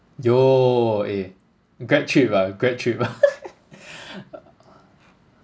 yo eh grad trip ah grad trip ah